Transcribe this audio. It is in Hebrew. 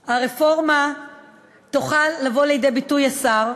הרפורמה תוכל לבוא לידי ביטוי, השר,